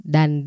Dan